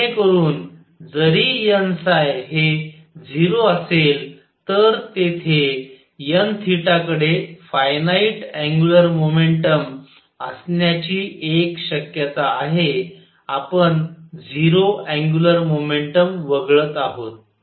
जेणेकरून जरी n हे 0 असेल तर तेथे n कडे फायनाईट अँग्युलर मोमेंटम असण्याची एक शक्यता आहे आपण 0 अँग्युलर मोमेंटम वगळत आहोत